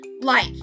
Life